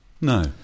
No